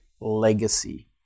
legacy